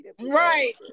right